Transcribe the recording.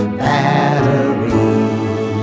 battery